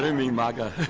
mean maga!